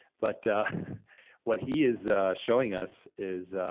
but what he is showing us is,